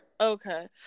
Okay